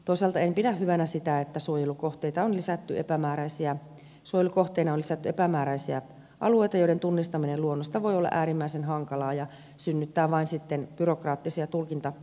toisaalta en pidä hyvänä sitä että suojelukohteiksi on lisätty epämääräisiä alueita joiden tunnistaminen luonnosta voi olla äärimmäisen hankalaa ja se synnyttää sitten vain byrokraattisia tulkintakiistoja